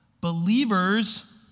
believers